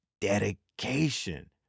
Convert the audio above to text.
dedication